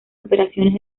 operaciones